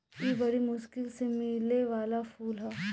इ बरी मुश्किल से मिले वाला फूल ह